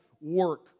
work